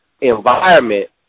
environment